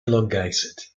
elongated